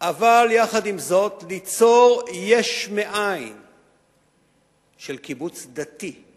אבל יחד עם זאת ליצור יש מאין של קיבוץ דתי,